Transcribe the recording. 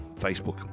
Facebook